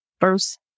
first